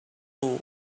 who